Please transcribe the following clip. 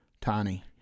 Tiny